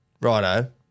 righto